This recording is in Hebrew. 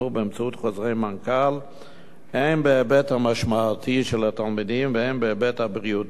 חוזרי מנכ"ל הן בהיבט המשמעתי של התלמידים והן בהיבט הבריאותי-בטיחותי.